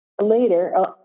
later